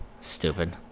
Stupid